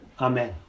Amen